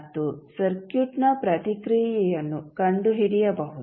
ಮತ್ತು ಸರ್ಕ್ಯೂಟ್ನ ಪ್ರತಿಕ್ರಿಯೆಯನ್ನು ಕಂಡುಹಿಡಿಯಬಹುದು